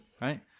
Right